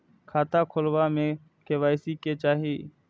खाता खोला बे में के.वाई.सी के चाहि?